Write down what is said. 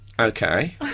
Okay